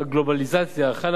חלה עלייה ברמת התחרות.